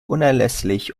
unerlässlich